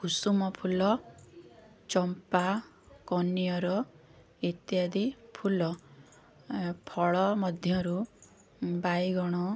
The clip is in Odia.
କୁସୁମଫୁଲ ଚମ୍ପା କନିଅର ଇତ୍ୟାଦି ଫୁଲ ଫଳ ମଧ୍ୟରୁ ବାଇଗଣ